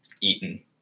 eaten